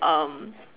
um